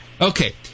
Okay